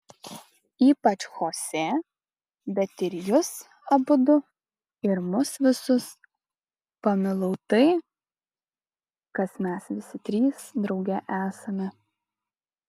ypač chosė bet ir jus abudu ir mus visus pamilau tai kas mes visi trys drauge esame